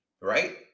right